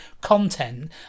content